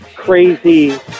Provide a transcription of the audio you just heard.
crazy